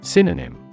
Synonym